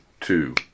two